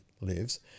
lives